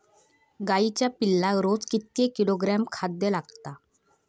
गाईच्या पिल्लाक रोज कितके किलोग्रॅम खाद्य लागता?